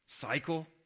cycle